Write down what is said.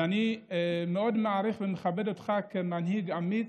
אני מאוד מעריך ומכבד אותך כמנהיג אמיץ,